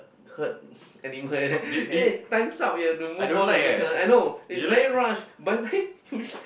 herd animal eh times up we have to move on to next one I know is very rush by the time you reach there